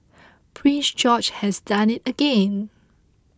Prince George has done it again